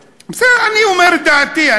כתוב בחוק בסדר, אני אומר את דעתי.